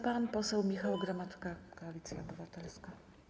Pan poseł Michał Gramatyka, Koalicja Obywatelska.